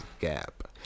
gap